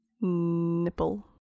Nipple